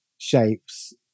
shapes